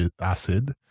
acid